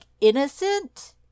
innocent